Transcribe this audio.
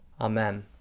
Amen